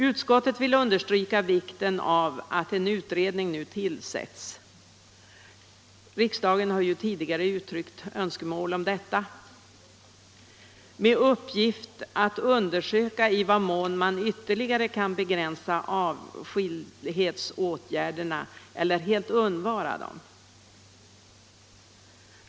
Utskottet vill understryka vikten av att en utredning nu tillsätts med uppgift att undersöka i vad mån avskildhetsåtgärderna kan begränsas ytterligare eller helt undvaras. Riksdagen har ju också tidigare uttryckt önskemål om detta.